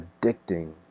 addicting